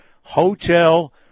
hotel